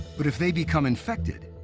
but if they become infected,